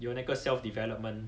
有那个 self development